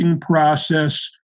process